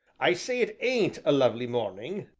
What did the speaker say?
i say it ain't a lovely morning,